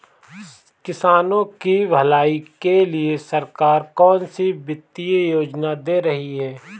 किसानों की भलाई के लिए सरकार कौनसी वित्तीय योजना दे रही है?